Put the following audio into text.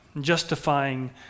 Justifying